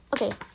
Okay